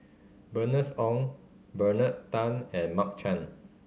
Bernice Ong Bernard Tan and Mark Chan